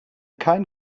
kein